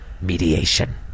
mediation